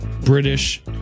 British